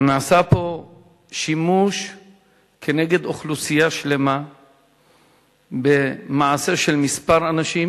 נעשה פה שימוש נגד אוכלוסייה שלמה במעשה של כמה אנשים,